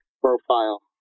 profile